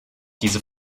diese